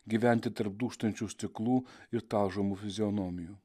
gyventi tarp dūžtančių stiklų ir talžomų fizionomijų